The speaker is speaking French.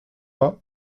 pas